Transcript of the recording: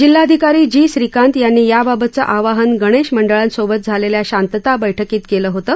जिल्हाधिकारी जी श्रीकांत यांनी याबाबतचं आवाहन गणेश मंडळांसोबत झालेल्या शांतता बैठकीत केलं होतं